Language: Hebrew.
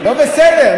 לא בסדר.